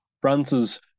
France's